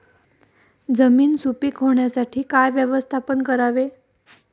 जमीन सुपीक होण्यासाठी काय व्यवस्थापन करावे?